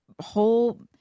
whole